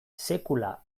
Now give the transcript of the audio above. sekula